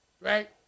right